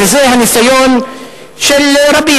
וזה הניסיון של רבים,